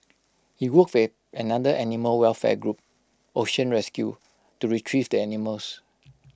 he welfare another animal welfare group ocean rescue to Retrieve the animals